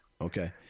Okay